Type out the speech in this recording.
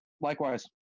Likewise